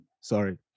sorry